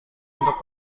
untuk